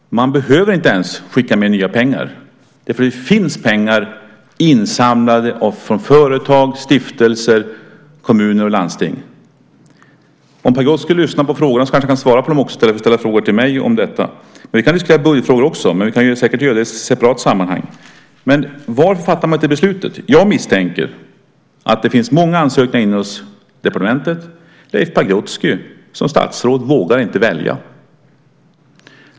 Man behöver inte ens skicka med nya pengar. Det finns pengar insamlade från företag, stiftelser, kommuner och landsting. Om Pagrotsky lyssnar på frågorna kanske han kan svara på dem också i stället för att ställa frågor till mig om detta. Vi kan också diskutera budgetfrågor. Men vi kan säkert göra det i separat sammanhang. Men varför fattar man inte beslutet? Jag misstänker att det finns många ansökningar inne hos departementet. Leif Pagrotsky som statsråd vågar inte välja.